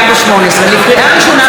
התשע"ט 2018. לקריאה ראשונה,